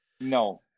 no